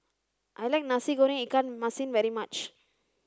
I like Nasi Goreng Ikan Masin very much